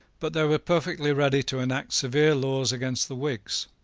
but they were perfectly ready to enact severe laws against the whigs,